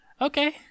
Okay